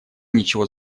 ничего